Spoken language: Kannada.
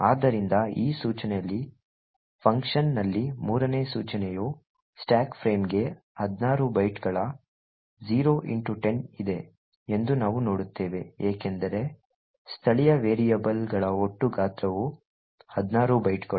ಆದ್ದರಿಂದ ಈ ಸೂಚನೆಯಲ್ಲಿ function ನಲ್ಲಿ 3 ನೇ ಸೂಚನೆಯು ಸ್ಟಾಕ್ ಫ್ರೇಮ್ಗೆ 16 ಬೈಟ್ಗಳ 0x10 ಇದೆ ಎಂದು ನಾವು ನೋಡುತ್ತೇವೆ ಏಕೆಂದರೆ ಸ್ಥಳೀಯ ವೇರಿಯೇಬಲ್ಗಳ ಒಟ್ಟು ಗಾತ್ರವು 16 ಬೈಟ್ಗಳು